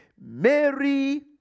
Mary